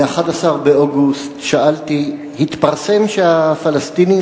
ב-11 באוגוסט שאלתי: התפרסם שהפלסטינים